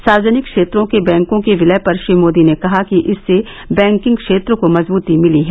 सार्वजनिक क्षेत्रों के बैंकों के विलय पर श्री मोदी ने कहा कि इससे बैंकिंग क्षेत्र को मजबूती मिली है